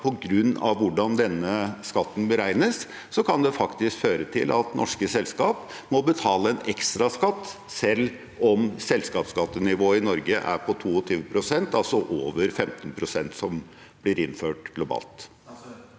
på grunn av hvordan denne skatten beregnes, kan det faktisk føre til at norske selskaper må betale en ekstraskatt selv om selskapsskattenivået i Norge er på 22 pst., altså over 15 pst., som blir innført globalt.